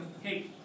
hey